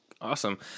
Awesome